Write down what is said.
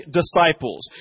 disciples